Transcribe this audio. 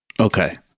Okay